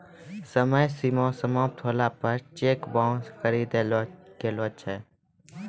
समय सीमा समाप्त होला पर चेक बाउंस करी देलो गेलो छै